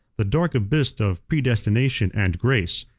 the dark abyss of predestination and grace,